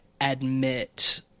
admit